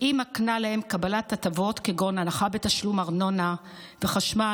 והיא מקנה להם קבלת הטבות כגון הנחה בתשלום ארנונה וחשמל,